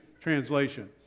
translation